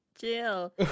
Chill